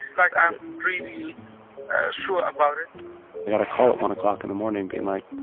like, i'm really sure about it i got a call at one o'clock in the morning being like,